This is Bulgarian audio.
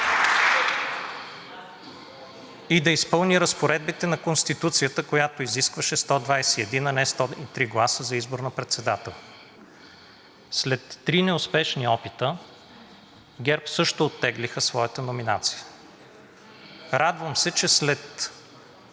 и да изпълни разпоредбите на Конституцията, които изискват 121, а не 103 гласа за избор на председател. След три неуспешни опита ГЕРБ също оттеглиха своята номинация. Радвам се, че след